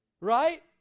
right